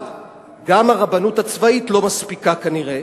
אבל גם הרבנות הצבאית לא מספיקה כנראה,